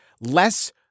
less